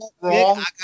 wrong